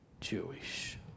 Jewish